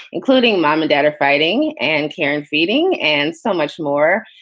including mom and dad are fighting and care and feeding and so much more.